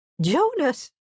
Jonas